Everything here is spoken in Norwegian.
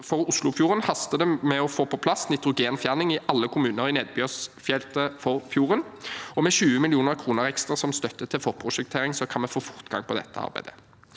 for Oslofjorden haster det med å få på plass nitrogenfjerning i alle kommuner i nedbørsfeltet for fjorden. Med 20 mill. kr ekstra som støtte til forprosjektering kan vi få fortgang i dette arbeidet.